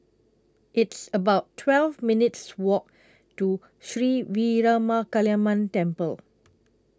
It's about twelve minutes' Walk to Sri Veeramakaliamman Temple